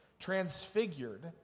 transfigured